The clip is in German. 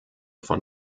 von